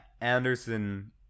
Anderson